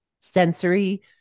sensory